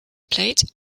plate